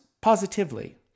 positively